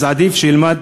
עדיף שילמד